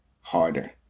harder